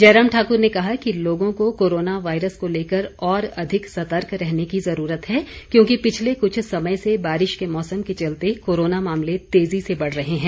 जयराम ठाकुर ने कहा कि लोगों को कोरोना वायरस को लेकर और अधिक सतर्क रहने की जरूरत है क्योंकि पिछले कुछ समय से बारिश के मौसम के चलते कोरोना मामले तेजी से बढ़ रहे हैं